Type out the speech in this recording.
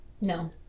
No